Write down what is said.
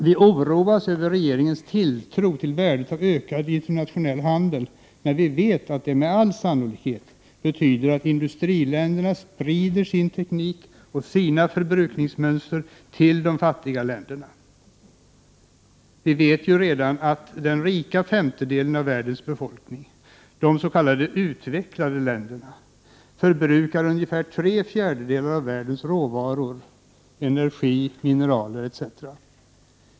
Vi oroas över regeringens tilltro till värdet av ökad internationell handel, när vi vet att det med all sannolikhet betyder att industriländerna sprider sin teknik och sina förbrukningsmönster till de fattiga länderna. Vi vet ju redan att den rika femtedelen av världens befolkning — de som bor i de s.k. utvecklade länderna — förbrukar ungefär tre fjärdedelar av världens råvaror, energi, mineraler etc.